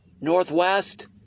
northwest